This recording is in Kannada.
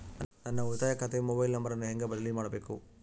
ನನ್ನ ಉಳಿತಾಯ ಖಾತೆ ಮೊಬೈಲ್ ನಂಬರನ್ನು ಹೆಂಗ ಬದಲಿ ಮಾಡಬೇಕು?